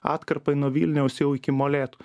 atkarpai nuo vilniaus jau iki molėtų